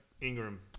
Ingram